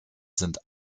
sind